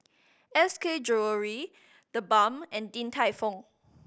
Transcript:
S K Jewellery TheBalm and Din Tai Fung